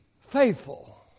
faithful